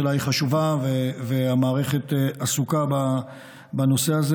השאלה חשובה והמערכת עסוקה בנושא הזה.